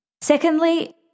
Secondly